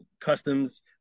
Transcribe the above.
customs